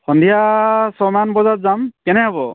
সন্ধিয়া ছয়মান বজাত যাম কেনে হ'ব